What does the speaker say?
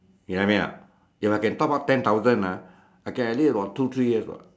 you know what I mean or not if I can top up ten thousand ah I can at least about two three years [what]